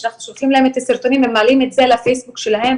שאנחנו שולחים להם את הסרטונים הם מעלים את זה לפייסבוק שלהם,